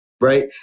right